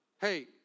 hey